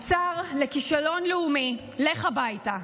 השר לכישלון לאומי, לך הביתה.